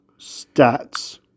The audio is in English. Stats